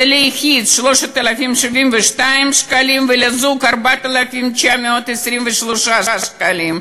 ליחיד 3,072 שקלים ולזוג 4,923 שקלים,